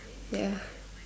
ya